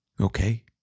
Okay